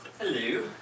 Hello